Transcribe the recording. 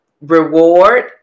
reward